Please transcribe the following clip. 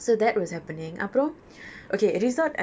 hmm but okay